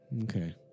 Okay